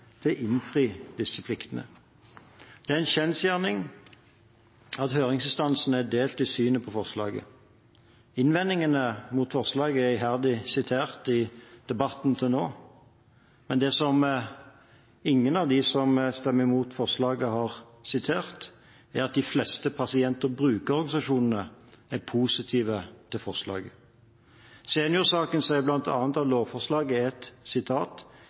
til å innfri disse pliktene. Det er en kjensgjerning at høringsinstansene er delt i synet på forslaget. Innvendingene mot forslaget er iherdig sitert i debatten til nå, men det ingen av dem som stemmer imot forslaget har sitert, er at de fleste pasient- og brukerorganisasjonene er positive til forslaget. Seniorsaken sier bl.a. at lovforslaget er et